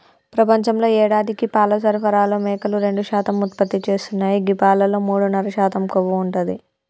ప్రపంచంలో యేడాదికి పాల సరఫరాలో మేకలు రెండు శాతం ఉత్పత్తి చేస్తున్నాయి గీ పాలలో మూడున్నర శాతం కొవ్వు ఉంటది